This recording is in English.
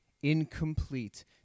incomplete